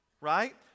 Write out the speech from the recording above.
right